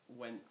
went